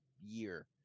year